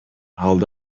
алды